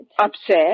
Upset